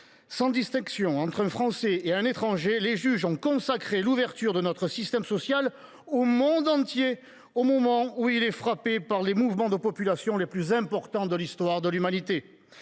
Sans distinction entre un Français et un étranger, les juges ont consacré l’ouverture de notre système social au monde entier, au moment même où ce dernier connaît les mouvements de population les plus importants de l’histoire de l’humanité